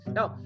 Now